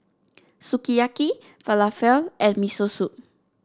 Sukiyaki Falafel and Miso Soup